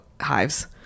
hives